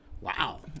Wow